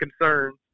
concerns